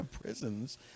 prisons